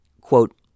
quote